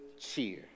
cheer